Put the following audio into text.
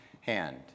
hand